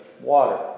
water